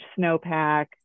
snowpack